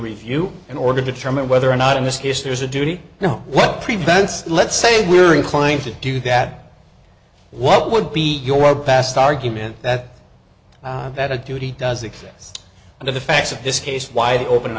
review in order to determine whether or not in this case there's a duty now what prevents let's say we're inclined to do that what would be your best argument that that a duty does exist and of the facts of this case wide open